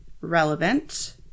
relevant